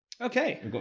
Okay